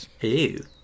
Ew